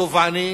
טובעני